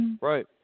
Right